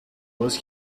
was